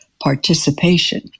participation